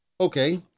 Okay